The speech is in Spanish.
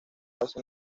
basa